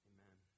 Amen